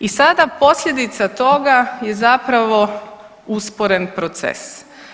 I sada posljedica toga je zapravo usporen proces.